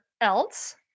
else